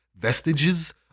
Vestiges